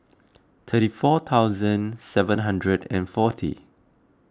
thirty four thousand seven hundred and forty